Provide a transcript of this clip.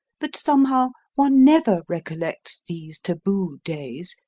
but somehow, one never recollects these taboo days,